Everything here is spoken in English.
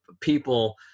people